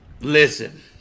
listen